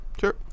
Sure